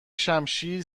شمشیر